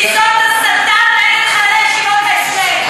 כי זאת הסתה נגד חיילי ישיבות ההסדר,